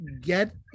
get